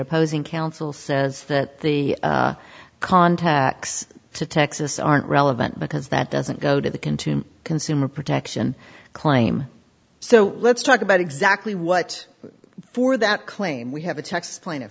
opposing counsel says that the contacts to texas aren't relevant because that doesn't go to the contumely consumer protection claim so let's talk about exactly what for that claim we have a texas pla